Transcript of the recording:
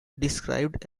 described